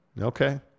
Okay